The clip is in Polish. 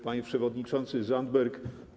Panie Przewodniczący Zandberg!